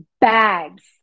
bags